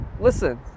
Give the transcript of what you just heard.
Listen